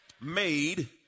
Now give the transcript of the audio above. made